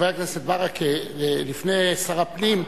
חבר הכנסת ברכה, לפני שר הפנים,